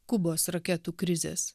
kubos raketų krizės